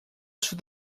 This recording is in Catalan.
sud